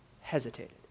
hesitated